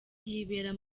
yibera